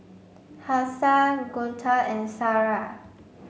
Hafsa Guntur and Sarah